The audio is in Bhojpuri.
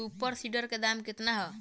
सुपर सीडर के दाम केतना ह?